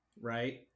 right